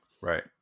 Right